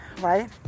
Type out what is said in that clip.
Right